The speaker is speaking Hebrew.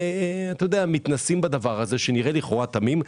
הם מתנסים בזה, שנראה לכאורה תמים.